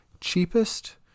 cheapest